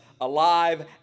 alive